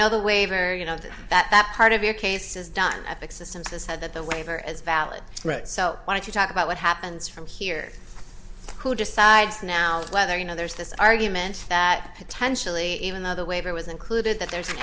know the waiver you know that that part of your case is done at icsa since the said that the waiver as valid right so wanted to talk about what happens from here who decides now whether you know there's this argument that potentially even though the waiver was included that there's an